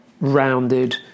rounded